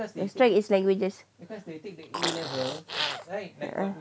their strength is languages uh